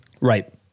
Right